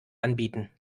anbieten